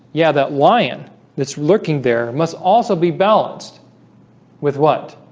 yeah that lion that's lurking there must also be balanced with what?